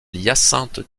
hyacinthe